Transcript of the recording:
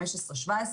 17-15,